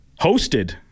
Hosted